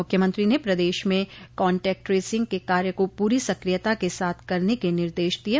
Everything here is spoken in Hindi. मुख्यमंत्री ने प्रदेश में कांटैक्ट ट्रेसिंग के कार्य को पूरी सक्रियता क साथ करने के निर्देश दिये